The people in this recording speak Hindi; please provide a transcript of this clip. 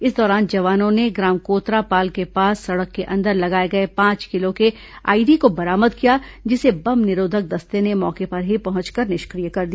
इस दौरान जवानों ने ग्राम कोतरापाल के पास सड़क के अंदर लगाए गए पांच किलो के आईईडी को बरामद किया जिसे बम निरोधक दस्ते ने मौके पर ही निष्क्रिय कर दिया